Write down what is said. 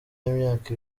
w’imyaka